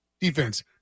defense